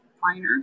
finer